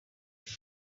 tell